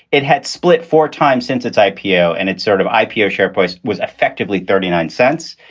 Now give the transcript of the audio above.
it had split four times since its ipo and it sort of ipo share price was effectively thirty nine cents.